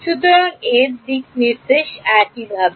সুতরাং এর দিকনির্দেশ এইভাবে